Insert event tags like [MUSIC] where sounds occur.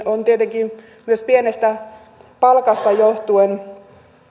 [UNINTELLIGIBLE] on tietenkin myös pienestä palkasta johtuen